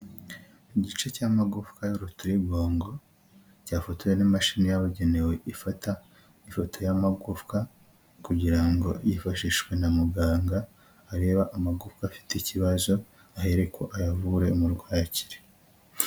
Igice cy'amagufa y'urutirigongo cyafotowe n'ishini yabugenewe ifata ifoto y'amagufwa kugira ngo yifashishwe na muganga areba amagufa afite ikibazo, ahere ko ayavure mu umurwayi akire.